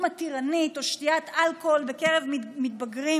מתירנית או שתיית אלכוהול בקרב מתבגרים.